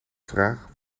vraag